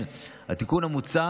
לכן, התיקון המוצע